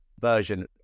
version